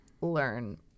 learn